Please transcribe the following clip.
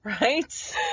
Right